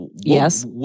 Yes